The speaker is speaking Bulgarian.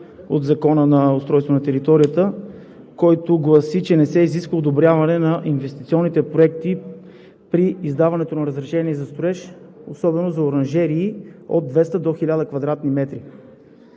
от Закона за устройство на територията, който гласи, че не се изисква одобряване на инвестиционните проекти при издаването на разрешение за строеж, особено за оранжерии от 200 до 1000 кв. м.